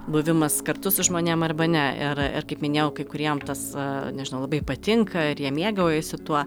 buvimas kartu su žmonėm arba ne ir ir kaip minėjau kai kuriem tas nežinau labai patinka ir jie mėgaujasi tuo